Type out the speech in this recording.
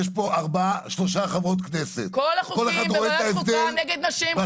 יש פה שלוש חברות כנסת -- כל החוקים בוועדת חוקה נגד נשים,